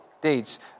deeds